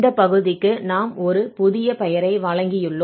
இந்த பகுதிக்கு நாம் ஒரு புதிய பெயரை வழங்கியுள்ளோம்